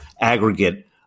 aggregate